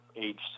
age